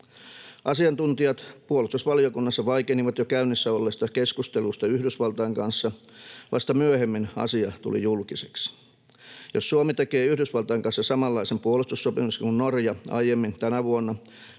Asiantuntijat puolustusvaliokunnassa vaikenivat jo käynnissä olleista keskusteluista Yhdysvaltojen kanssa, vasta myöhemmin asia tuli julkiseksi. Jos Suomi tekee Yhdysvaltojen kanssa samanlaisen puolustussopimuksen kuin Norja aiemmin tänä vuonna,